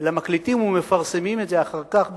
אלא מקליטים ומפרסמים את זה אחר כך ברבים,